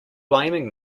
blaming